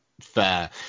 fair